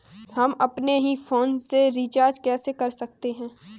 हम अपने ही फोन से रिचार्ज कैसे कर सकते हैं?